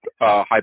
High